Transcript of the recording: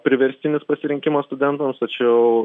priverstinis pasirinkimas studentams tačiau